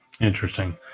Interesting